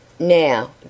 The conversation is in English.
Now